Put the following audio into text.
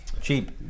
Cheap